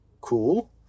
cool